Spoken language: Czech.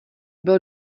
bylo